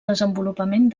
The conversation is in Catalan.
desenvolupament